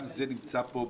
גם זה נמצא פה בתיקון?